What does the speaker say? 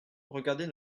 regardez